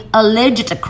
alleged